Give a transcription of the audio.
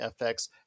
FX